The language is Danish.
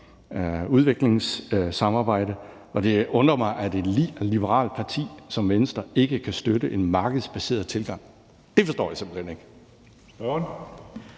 udviklingssamarbejde, og det undrer mig, at et liberalt parti som Venstre ikke kan støtte en markedsbaseret tilgang. Det forstår jeg simpelt hen ikke.